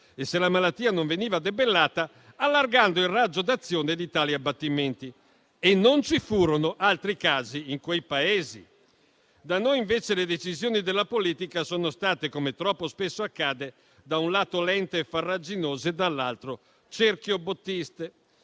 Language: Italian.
e, se la malattia non veniva debellata, allargando il raggio d'azione di tali abbattimenti; e non ci furono altri casi in quei Paesi. Da noi invece le decisioni della politica sono state, come troppo spesso accade, da un lato lente e farraginose, e dall'altro cerchiobottiste.